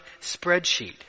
spreadsheet